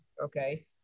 okay